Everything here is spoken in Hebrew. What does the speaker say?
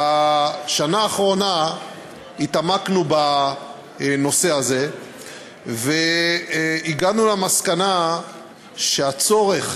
בשנה האחרונה התעמקנו בנושא הזה והגענו למסקנה שהצורך